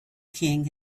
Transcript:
king